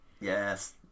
Yes